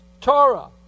Torah